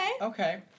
Okay